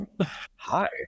Hi